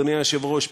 אדוני היושב-ראש,